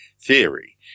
theory